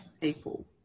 people